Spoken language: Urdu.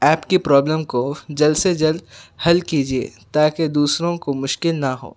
ایپ کی پرابلم کو جلد سے جلد حل کیجئے تاکہ دوسروں کو مشکل نہ ہو